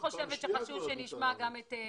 זו כבר פעם שנייה שאת מתארחת.